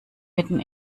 mitten